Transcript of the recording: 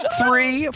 three